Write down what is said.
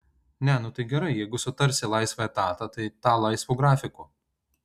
ne nu tai gerai jeigu sutarsi laisvą etatą tai tą laisvu grafiku